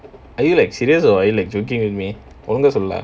are you like serious or are you like joking with me உண்மை சொல்லேன்:unma sollen